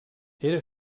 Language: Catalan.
era